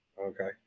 okay